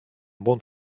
bonne